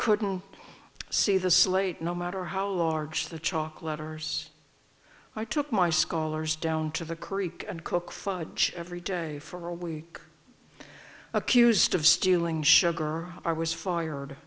couldn't see the slate no matter how large the chalk letters i took my scholars down to the creek and cook fudge every day for a week accused of stealing sugar i was fired